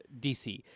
DC